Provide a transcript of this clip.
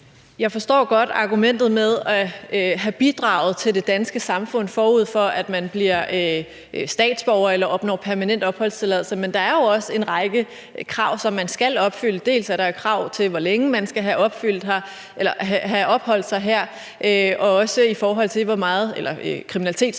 Jeg forstår godt argumentet om at skulle have bidraget til det danske samfund, forud for at man bliver statsborger eller opnår permanent opholdstilladelse. Men der er jo også en række krav, som man skal opfylde. Dels er der et krav til, hvor længe man skal have opholdt sig her, dels er der et krav til, hvor meget kriminalitet man